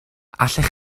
allech